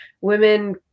women